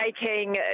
taking